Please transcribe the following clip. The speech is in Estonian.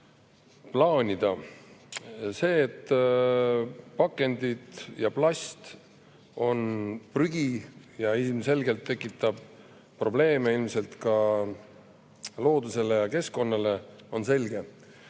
plaanida. See, et pakendid, plast on prügi, mis ilmselgelt tekitab probleeme ka loodusele ja keskkonnale, on selge.